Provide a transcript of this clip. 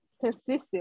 consistent